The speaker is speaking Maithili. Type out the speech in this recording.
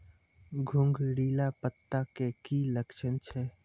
घुंगरीला पत्ता के की लक्छण छै?